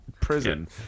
prison